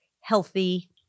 healthy